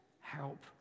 help